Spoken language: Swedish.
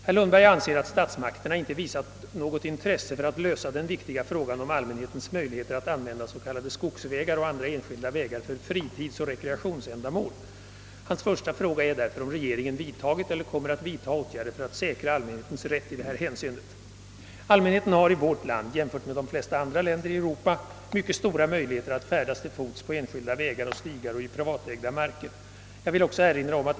Herr Lundberg anser att statsmakterna inte visat något intresse för att lösa den viktiga frågan om allmänhetens möjligheter att använda s.k. skogsvägar och andra enskilda vägar för fritidsoch rekreationsändamål. Hans första fråga är därför om regeringen vidtagit eller kommer att vidtaga åtgärder för att säkra allmänhetens rätt i det här hänseendet. Allmänheten har i vårt land jämfört med de flesta andra länder i Europa mycket stora möjligheter att färdas till fots på enskilda vägar och stigar och i privatägda marker.